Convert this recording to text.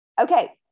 Okay